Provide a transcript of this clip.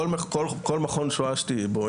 כל מכון שואה שתהיה בו,